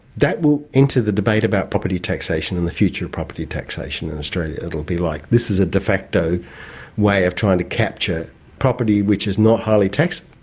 that will enter the debate about property taxation and the future of property taxation in australia. it will be like this is a de facto way of trying to capture property which is not highly taxed,